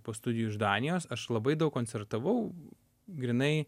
po studijų iš danijos aš labai daug koncertavau grynai